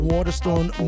Waterstone